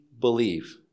believe